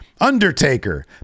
Undertaker